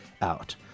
out